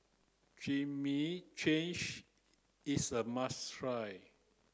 Chimichangas is a must try